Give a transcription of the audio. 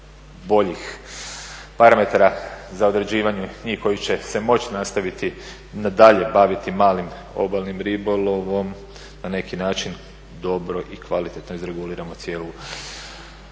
najboljih parametara za određivanje njih koji će se moći nastaviti dalje baviti malim obalnim ribolovom na neki način dobro i kvalitetno izreguliramo cijelu